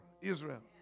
Israel